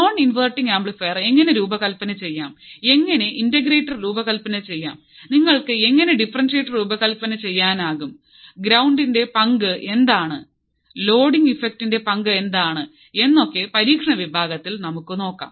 non inverting amplifier എങ്ങനെ രൂപകൽപ്പന ചെയ്യാം എങ്ങനെ ഇന്റഗ്രേറ്റർ രൂപകൽപ്പന ചെയ്യാം നിങ്ങൾക്ക് എങ്ങനെ ഡിഫറെൻഷ്യറ്റർ രൂപകൽപ്പന ചെയ്യാനാകും ഗ്രൌണ്ടിന്റെ പങ്ക് എന്താണ് ലോഡിംഗ് ഇഫക്റ്റിന്റെ പങ്ക് എന്താണ് എന്നൊക്കെ പരീക്ഷണ വിഭാഗത്തിൽ നമുക്ക് നോക്കാം